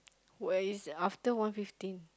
where is after one fifteen